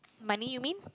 money you mean